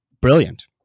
brilliant